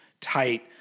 tight